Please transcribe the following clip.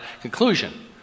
conclusion